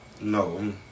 No